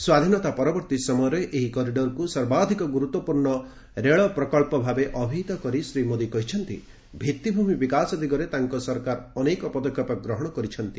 ସ୍ୱାଧୀନତା ପରବର୍ତ୍ତୀ ସମୟରେ ଏହି କରିଡ଼ରକୁ ସର୍ବାଧିକ ଗୁରୁତ୍ୱପୂର୍ଣ୍ଣ ରେଳ ପ୍ରକଳ୍ପ ଭାବେ ଅବିହିତ କରି ଶ୍ରୀ ମୋଦୀ କହିଛନ୍ତି ଭିଭିମି ବିକାଶ ଦିଗରେ ତାଙ୍କ ସରକାର ଅନେକ ପଦକ୍ଷେପ ଗ୍ରହଣ କରୁଛନ୍ତି